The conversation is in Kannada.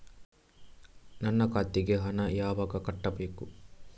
ನನ್ನ ಖಾತೆಗೆ ಹಣ ಯಾವಾಗ ಕಟ್ಟಬೇಕು?